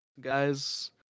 Guys